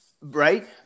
right